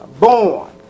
born